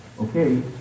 Okay